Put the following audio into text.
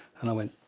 and i went,